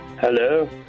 Hello